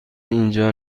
اینجا